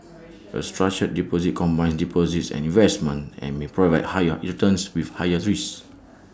A structured deposit combines deposits and investments and may provide higher returns with higher risks